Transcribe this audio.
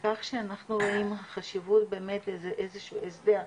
כך שאנחנו רואים חשיבות באיזה שהוא הסדר,